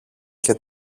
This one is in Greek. και